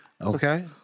Okay